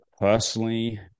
personally